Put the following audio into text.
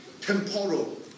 Temporal